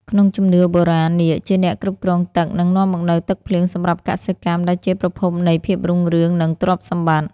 ក្នុងជំនឿបុរាណ នាគជាអ្នកគ្រប់គ្រងទឹក និងនាំមកនូវទឹកភ្លៀងសម្រាប់កសិកម្ម ដែលជាប្រភពនៃ ភាពរុងរឿង និង ទ្រព្យសម្បត្តិ។